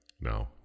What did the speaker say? No